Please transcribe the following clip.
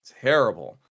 terrible